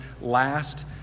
last